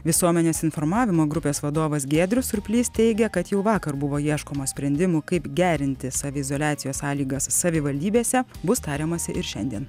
visuomenės informavimo grupės vadovas giedrius surplys teigia kad jau vakar buvo ieškoma sprendimų kaip gerinti saviizoliacijos sąlygas savivaldybėse bus tariamasi ir šiandien